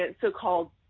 so-called